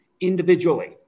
individually